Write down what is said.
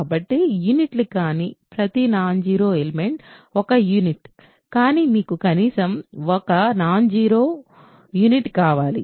కాబట్టి యూనిట్లు కానీ ప్రతి నాన్ జీరో ఎలిమెంట్ ఒక యూనిట్ కానీ మీకు కనీసం 1 నాన్ జీరో యూనిట్ కావాలి